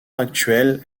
actuel